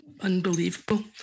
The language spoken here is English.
unbelievable